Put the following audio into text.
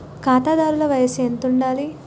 ఖాతాదారుల వయసు ఎంతుండాలి?